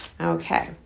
okay